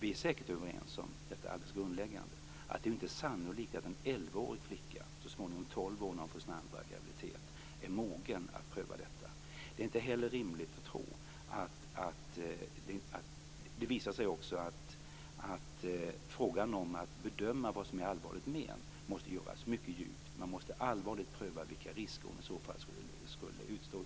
Vi är säkert överens om detta alldeles grundläggande att det inte är sannolikt att en elvaårig flicka - tolv år när hon får sin andra graviditet - är mogen att pröva detta. Det visar sig också att bedömningen av vad som är allvarligt men måste göras mycket djupt. Man måste allvarligt pröva vilka risker hon i så fall skulle